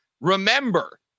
Remember